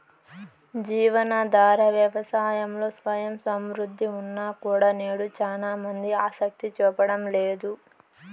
జీవనాధార వ్యవసాయంలో స్వయం సమృద్ధి ఉన్నా కూడా నేడు చానా మంది ఆసక్తి చూపడం లేదు